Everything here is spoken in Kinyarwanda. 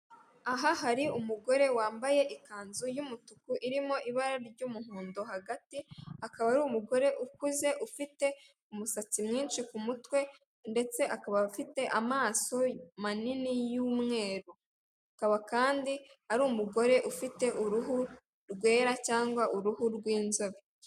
Aha hari umugore wambaye ikanzu y'umutuku irimo ibara ry'umuhondo hagati akaba ari umugore ukuze ufite umusatsi mwinshi ku mutwe ndetse akaba afite amaso manini y'umweru, akaba kandi ari umugore ufite uruhu rwera cyangwa uruhu rw'inzabe.